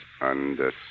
understand